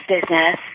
business